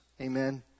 Amen